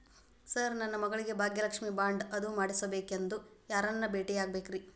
Sir ನನ್ನ ಮಗಳಿಗೆ Bhagyalakshmi bond ಅದು ಮಾಡಿಸಬೇಕೆಂದು ಯಾರನ್ನ ಭೇಟಿಯಾಗಬೇಕ್ರಿ?